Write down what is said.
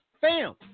fam